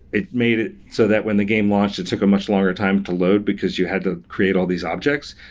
it made it so that when the game launched, it took a much longer time to load because you had to create all these objects.